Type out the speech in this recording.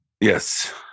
Yes